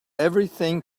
everything